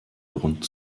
grund